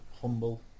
humble